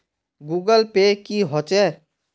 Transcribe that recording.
Google pay की होचे?